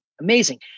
amazing